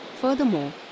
Furthermore